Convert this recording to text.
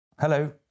Hello